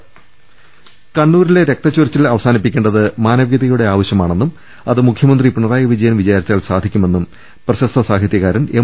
രുട്ടിട്ട്ട്ട്ട്ട്ട്ട കണ്ണൂരിലെ രക്തച്ചൊരിച്ചിൽ അവസാനിപ്പിക്കേണ്ടത് മാനവികതയുടെ ആവശ്യമാണെന്നും അത് മുഖ്യമന്ത്രി പിണറായി വിജയൻ വിചാരിച്ചാൽ സാധിക്കുമെന്നും പ്രശസ്ത സാഹിത്യകാരൻ എം